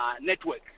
network